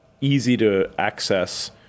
easy-to-access